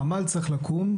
חמ"ל צריך לקום.